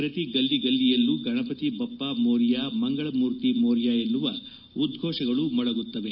ಪ್ರತಿ ಗಲ್ಲಿಗಲ್ಲಿಗಳಲ್ಲೂ ಗಣಪತಿ ಬಪ್ಪ ಮೋರ್ಕ ಮಂಗಳ್ ಮೂರ್ತಿ ಮೋರ್ಕ ಅನ್ನುವ ಉದ್ಗೋಷಗಳು ಮೊಳಗುತ್ತವೆ